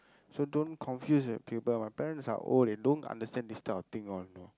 so don't confused my parents are old and don't understand this type of thing all know